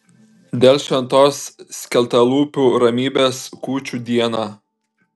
dėl šventos skeltalūpių ramybės kūčių dieną